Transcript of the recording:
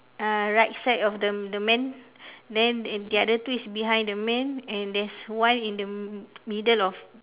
uh right side of the the man then the other two is behind the man and there's one in the middle of